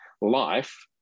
life